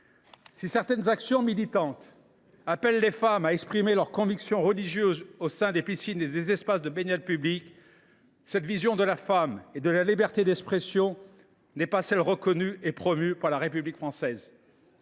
Si certaines actions militantes appellent les femmes à exprimer leurs convictions religieuses au sein des piscines et des espaces de baignade publics, cette vision de la femme et de la liberté d’expression n’est pas celle que reconnaît et promeut la République française.